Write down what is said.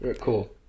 Cool